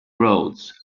roads